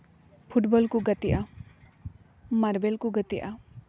football ᱠᱚ ᱜᱟᱛᱮᱜᱼᱟ marble ᱠᱚ ᱜᱟᱛᱮᱜᱼᱟ